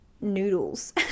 noodles